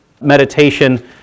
meditation